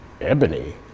Ebony